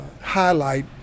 highlight